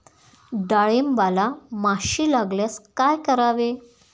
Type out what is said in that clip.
डाळींबाला माशी लागल्यास काय करावे?